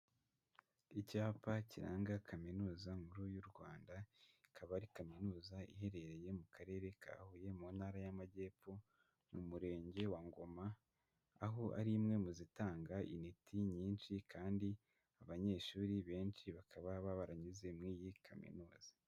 Icyapa kiranga kaminuza nkuru y'u Rwanda, ikaba ari kaminuza iherereye mu karere ka Huye, mu ntara y'Amagepfo, mu murenge wa Ngoma, aho ari imwe mu zitanga initi nyinshi kandi abanyeshuri benshi bakaba baba baranyuze muri iyi kaminuza.